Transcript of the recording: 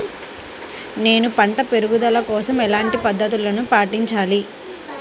నేను పంట పెరుగుదల కోసం ఎలాంటి పద్దతులను పాటించాలి?